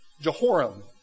Jehoram